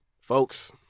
folks